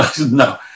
no